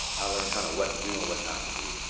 i learned kind of what to do and what not to do.